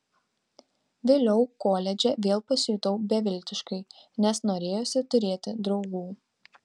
vėliau koledže vėl pasijutau beviltiškai nes norėjosi turėti draugų